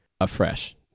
afresh